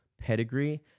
pedigree